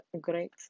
great